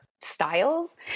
styles